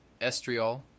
Estriol